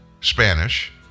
Spanish